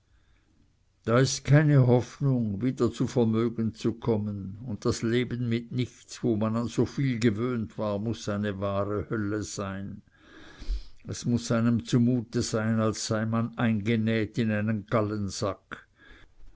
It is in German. da ist keine hoffnung wieder zu vermögen zu kommen und das leben mit nichts wo man an so viel gewöhnt war muß eine wahre hölle sein es muß einem zumute sein als sei man eingenäht in einen